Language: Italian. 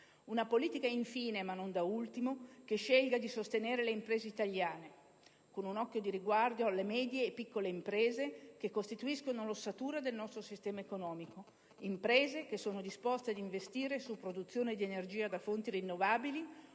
Una politica infine, ma non da ultimo, che scelga di sostenere le imprese italiane, con un occhio di riguardo a quelle medie e piccole, che costituiscono l'ossatura del nostro sistema economico e che sono disposte a investire su produzione di energia da fonti rinnovabili